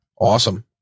Awesome